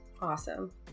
Awesome